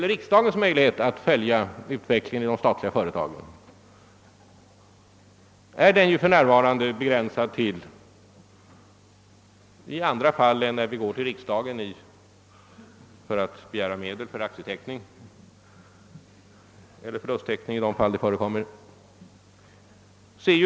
Riksdagens möjligheter att följa utvecklingen i de statliga företagen är för närvarande begränsade — utom när vi går till riksdagen för att begära medel till aktieteckning eller i förekommande fall förlusttäckning.